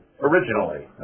originally